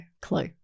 clue